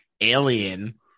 Alien